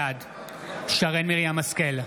בעד שרן מרים השכל,